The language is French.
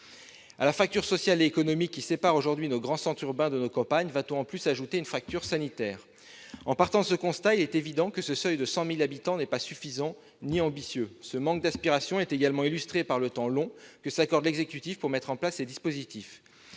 À la fracture sociale et économique qui sépare aujourd'hui nos grands centres urbains de nos campagnes va-t-on ajouter une fracture sanitaire ? En partant de ce constat, il est évident que ce seuil de 100 000 habitants n'est ni suffisant ni ambitieux. Ce manque d'inspiration est également illustré par le temps long que s'accorde l'exécutif pour mettre en place les dispositifs.